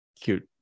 cute